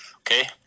okay